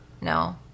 No